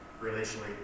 relationally